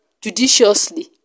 judiciously